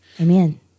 Amen